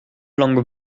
langue